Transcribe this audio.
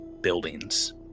buildings